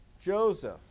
Joseph